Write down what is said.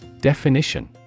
Definition